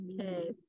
Okay